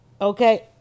okay